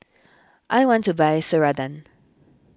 I want to buy Ceradan